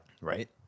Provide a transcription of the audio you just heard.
Right